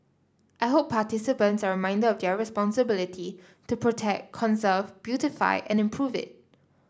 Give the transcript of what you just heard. I hope participants are reminded of their responsibility to protect conserve beautify and improve it